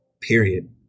period